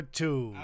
two